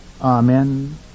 Amen